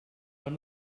van